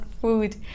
food